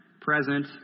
present